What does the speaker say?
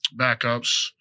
backups